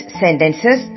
sentences